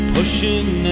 Pushing